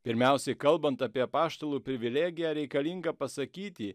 pirmiausiai kalbant apie apaštalų privilegiją reikalinga pasakyti